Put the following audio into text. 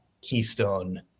Keystone